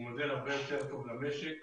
הוא מודל הרבה יותר טוב למשק,